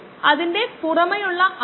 3 minute കൊണ്ട് ഹരിക്കുന്നു